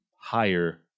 higher